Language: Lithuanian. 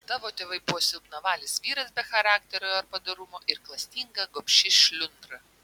tavo tėvai buvo silpnavalis vyras be charakterio ar padorumo ir klastinga gobši šliundra